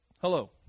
Hello